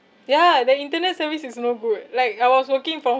ya their internet service is no good like I was working from